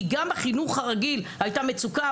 כי גם בחינוך הרגיל הייתה מצוקה.